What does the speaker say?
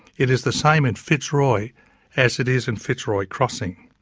it is the same in fitzroy as it is in fitzroy crossing.